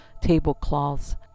tablecloths